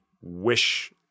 wish